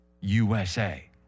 USA